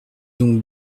donc